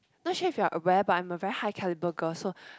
not sure if you are aware but I am a very high calibre girl so